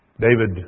David